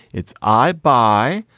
it's i buy,